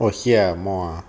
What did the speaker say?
oh here ah more ah